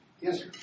Yes